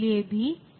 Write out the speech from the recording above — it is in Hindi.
तो यह OR गेट् है